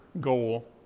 goal